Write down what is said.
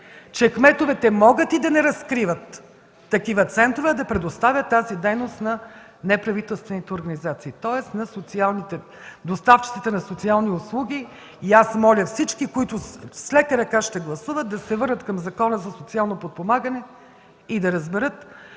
че кметовете могат и да не разкриват такива центрове, а да предоставят тази дейност на неправителствените организации, тоест на доставчиците на социални услуги. Аз моля всички, които с лека ръка ще гласуват, да се върнат към Закона за социалното подпомагане и да разберат